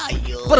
ah you but